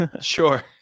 Sure